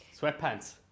Sweatpants